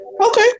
Okay